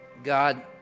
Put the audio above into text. God